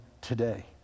today